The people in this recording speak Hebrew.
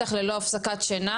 וצריך גם לטפל בזה,